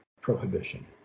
prohibition